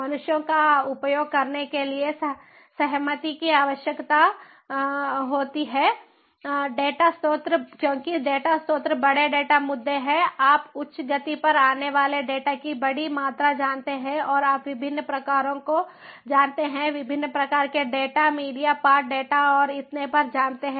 मनुष्यों का उपयोग करने के लिए सहमति की आवश्यकता होती है क्योंकि डेटा स्रोत बड़े डेटा मुद्दे हैं आप उच्च गति पर आने वाले डेटा की बड़ी मात्रा जानते हैं और आप विभिन्न प्रकारों को जानते हैं विभिन्न प्रकार के डेटा मीडिया पाठ डेटा और इतने पर जानते हैं